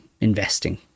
investing